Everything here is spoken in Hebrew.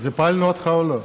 אז הפלנו אותך או לא?